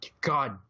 god